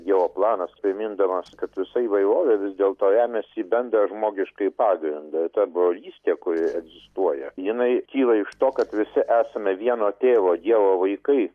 jo planas primindamas kad visa įvairovė vis dėlto remiasi į bendrą žmogiškąjį pagrindą ta brolystė kuri egzistuoja jinai kyla iš to kad visi esame vieno tėvo dievo vaikai